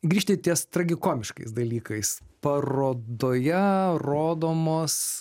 grįžti ties tragikomiškais dalykais parodoje rodomos